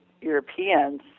Europeans